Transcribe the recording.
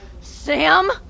Sam